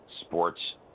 sports